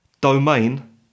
domain